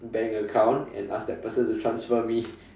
bank account and ask that person to transfer me